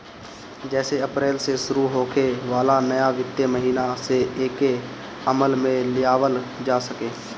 जेसे अप्रैल से शुरू होखे वाला नया वित्तीय महिना से एके अमल में लियावल जा सके